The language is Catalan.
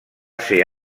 ser